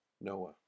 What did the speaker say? Noah